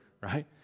right